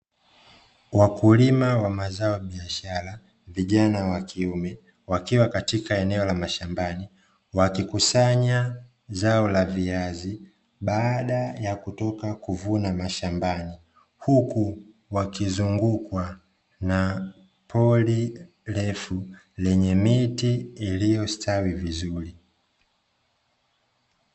Wakulima wa mazao ya biashara, vijana wa kiume wakiwa katika eneo la mashambani, wakikusanya zao la viazi baada ya kutoka kuvuna mashambani, huku wakizungukwa na pori refu, lenye miti iliyositawi vizuri.